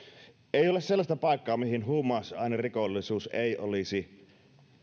ei ole sellaista paikkaa mihin huumausainerikollisuus ei olisi